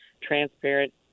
transparent